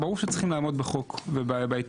ברור שצריכים לעמוד בחוק ובהיתרים.